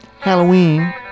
Halloween